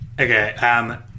okay